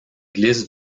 glisse